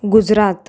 Gujarat